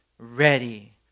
ready